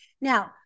Now